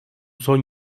son